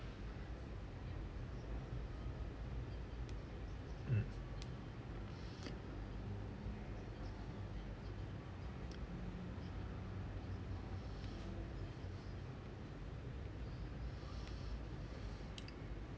mm